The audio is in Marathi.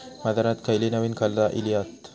बाजारात खयली नवीन खता इली हत?